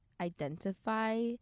identify